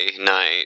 night